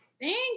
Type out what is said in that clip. Thanks